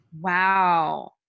Wow